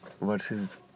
versus